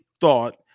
thought